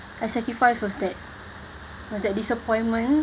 I sacrifice was that was that disappointment